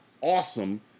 awesome